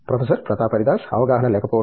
professor Pratap Haridas అవగాహన లేకపోవడం